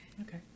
Okay